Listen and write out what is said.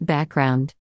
Background